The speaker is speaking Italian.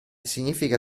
significa